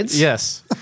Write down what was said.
yes